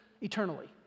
eternally